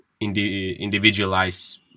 individualize